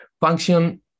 function